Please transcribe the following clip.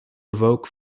evoke